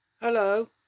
Hello